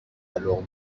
alors